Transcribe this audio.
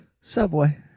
subway